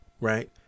right